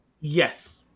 Yes